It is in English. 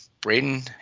Braden